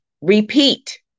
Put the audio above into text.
repeat